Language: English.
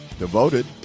Devoted